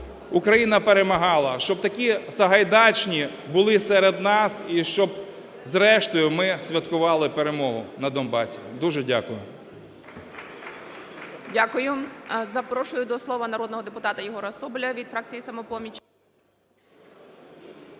Україна перемагала, щоб такі Сагайдачні були серед нас і щоб, зрештою, ми святкували перемогу на Донбасі. Дуже дякую.